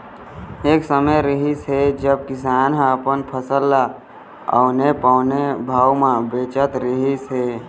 एक समे रिहिस हे जब किसान ह अपन फसल ल औने पौने भाव म बेचत रहिस हे